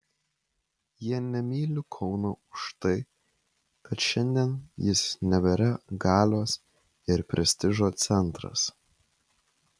jie nemyli kauno už tai kad šiandien jis nebėra galios ir prestižo centras